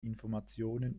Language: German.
informationen